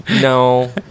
No